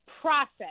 process